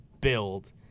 build